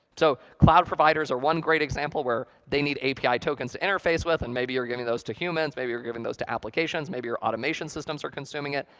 so cloud providers are one great example where they need api tokens to interface with, and maybe are giving those to humans, maybe are giving those to applications, maybe your automation systems are consuming it.